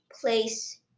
place